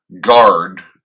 guard